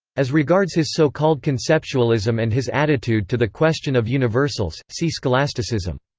as regards his so-called conceptualism and his attitude to the question of universals, see scholasticism.